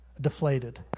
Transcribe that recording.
deflated